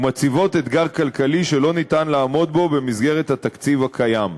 שמציבות אתגר כלכלי שלא ניתן לעמוד בו במסגרת התקציב הקיים.